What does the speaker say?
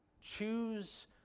Choose